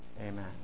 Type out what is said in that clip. amen